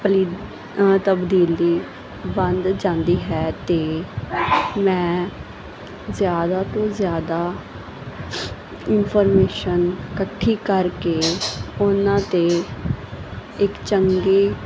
ਪਲੀ ਤਬਦੀਲੀ ਬੰਦ ਜਾਂਦੀ ਹੈ ਅਤੇ ਮੈਂ ਜ਼ਿਆਦਾ ਤੋਂ ਜ਼ਿਆਦਾ ਇੰਫ਼ੋਰਮੇਸ਼ਨ ਇਕੱਠੀ ਕਰਕੇ ਉਹਨਾਂ 'ਤੇ ਇੱਕ ਚੰਗੇ